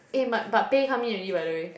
eh but pay come in already by the way